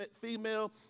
female